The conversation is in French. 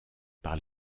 par